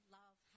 love